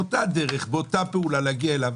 באותה דרך, באותה פעולה להגיע אליו.